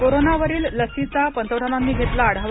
कोरोनावरील लसीचा पंतप्रधानांनी घेतला आढावा